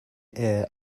air